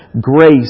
grace